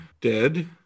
dead